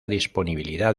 disponibilidad